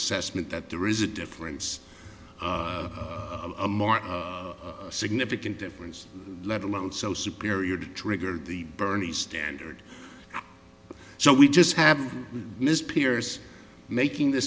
assessment that there is a difference of more significant difference let alone so superior to trigger the bernie standard so we just have ms piers making th